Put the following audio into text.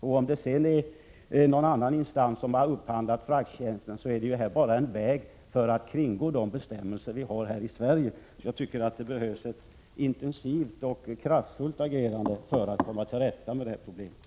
Om det är någon annan instans som upphandlat frakttjänsten är det bara en väg att kringgå de bestämmelser som gäller här i Sverige. Jag tycker att det behövs ett intensivt och kraftfullt agerande för att komma till rätta med problemet.